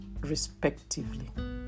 respectively